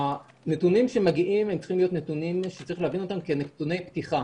הנתונים שמגיעים הם צריכים להיות נתונים שצריך להבין אותם כנתוני פתיחה.